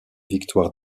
victoire